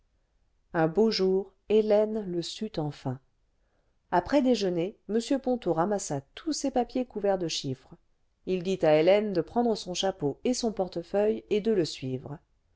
un beau jour hélène le sut enfin après déjeuner m ponto ramassa tous ses papiers couverts de chiffres il dit à hélène de prendre son chapeau et son portefeuille et de le suivre